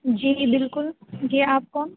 جی بالکل جی آپ کون